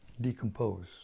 decompose